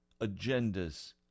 agendas